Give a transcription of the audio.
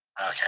Okay